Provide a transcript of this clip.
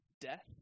death